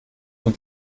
und